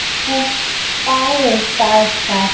ꯑꯥ ꯇꯥꯏꯑꯦ ꯇꯥꯏ ꯇꯥꯏ